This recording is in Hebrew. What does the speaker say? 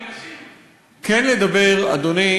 אדוני,